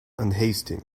unhasting